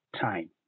time